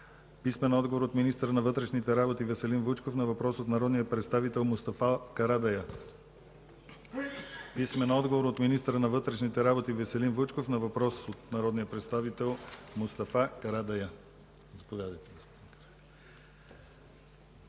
Ганчева; - министъра на вътрешните работи Веселин Вучков на въпрос от народния представител Мустафа Карадайъ; - министъра на вътрешните работи Веселин Вучков на въпрос от народния представител Мустафа Карадайъ.